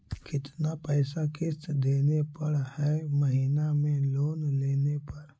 कितना पैसा किस्त देने पड़ है महीना में लोन लेने पर?